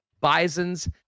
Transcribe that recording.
Bisons